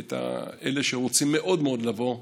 את אלה שרוצים מאוד מאוד לבוא,